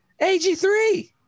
AG3